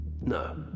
No